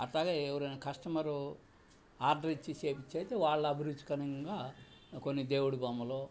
అట్టాగే ఎవరైనా customer order ఇచ్చి చేేపిచ్చయితే వాళ్ళ అభిరుచికరంగా కొన్ని దేవుడు బొమ్మలు